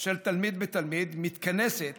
של תלמיד בתלמיד מתכנסת